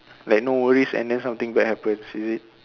like no worries and then something bad happens is it